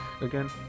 again